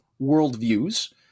worldviews